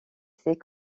ses